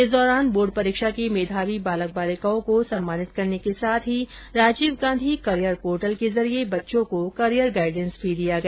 इस दौरान बोर्ड परीक्षा के मेधावी बालक बालिकाओं को सम्मानित करने के साथ ही राजीव गाँधी कैरियर पोर्टल के जरिए बच्चों को कैरियर गाइडेंस भी दिया गया